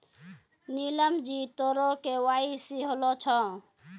नीलम जी तोरो के.वाई.सी होलो छौं?